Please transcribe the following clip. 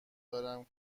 دارم